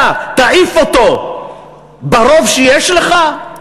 אתה תעיף אותו ברוב שיש לך?